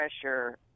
pressure